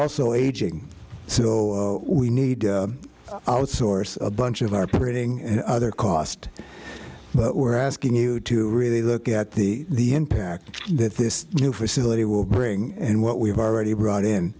also aging so we need outsource a bunch of our parading and other cost but we're asking you to really look at the the impact that this new facility will bring and what we've already brought in